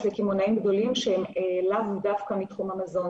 לקמעונאים גדולים שהם לאו דווקא מתחום המזון.